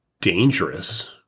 dangerous